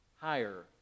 higher